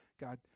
God